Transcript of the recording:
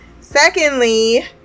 Secondly